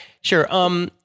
Sure